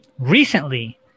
Recently